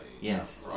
Yes